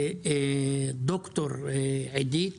ומרב וד"ר עידית